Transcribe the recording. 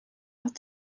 had